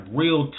real